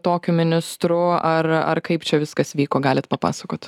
tokiu ministru ar ar kaip čia viskas vyko galit papasakot